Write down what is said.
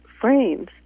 frames